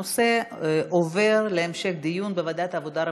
הנושא עובר להמשך דיון בוועדת העבודה,